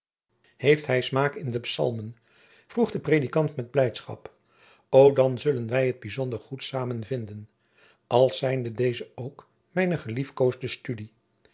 heeft hij smaak in de psalmen vroeg de predikant met blijdschap o dan zullen wij het bijzonder goed samen vinden als zijnde deze ook